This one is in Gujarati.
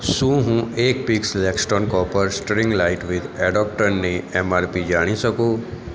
શું હું એક piece Lexton copper string light with એડોપ્ટરની એમ આર પી જાણી શકું